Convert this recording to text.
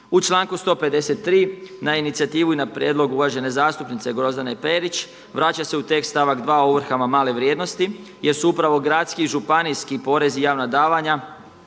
U članku 153. na inicijativu i na prijedlog uvažene zastupnice Grozdane Perić vraća se u tekst stavak 2 o ovrhama male vrijednosti jer su upravo gradski i županijski porezi i javna davanja,